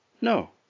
No